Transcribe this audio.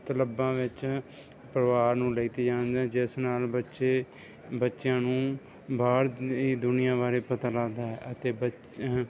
ਕਲੱਬਾਂ ਵਿੱਚ ਪਰਿਵਾਰ ਨੂੰ ਲੈ ਕੇ ਜਾਂਦੇ ਜਿਸ ਨਾਲ ਬੱਚੇ ਬੱਚਿਆਂ ਨੂੰ ਬਾਹਰਲੀ ਦੁਨੀਆਂ ਬਾਰੇ ਪਤਾ ਲੱਗਦਾ ਹੈ ਅਤੇ ਬੱਚ